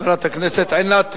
חברת הכנסת עינת וילף,